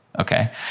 okay